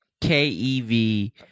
K-E-V